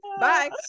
bye